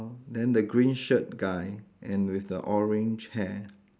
then the green shirt guy and with the orange hair